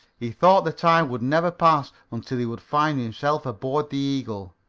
he thought the time would never pass until he would find himself aboard the eagle.